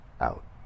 out